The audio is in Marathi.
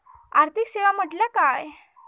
आर्थिक सेवा म्हटल्या काय?